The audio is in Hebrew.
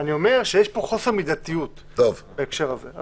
אני אומר שיש פה חוסר מידתיות בהקשר הזה.